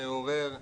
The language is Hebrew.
מעורר,